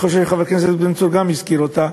וגם חבר הכנסת בן צור הזכיר אותה.